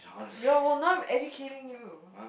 you don't well now I'm educating you